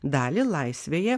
dalį laisvėje